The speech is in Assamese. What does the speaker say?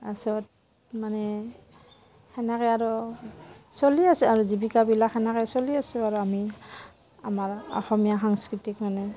তাৰপিছত মানে তেনেকৈ আৰু চলি আছে আৰু জীৱিকাবিলাক তেনেকৈ চলি আছোঁ আৰু আমি আমাৰ অসমীয়া সাংস্কৃতিক মানে